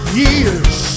years